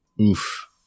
Oof